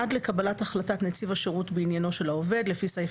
עד לקבלת החלטת נציב השירות בעניינו של העובד לפי סעיף